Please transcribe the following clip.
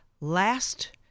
last